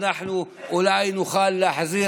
אנחנו אולי נוכל להחזיר,